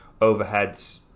overheads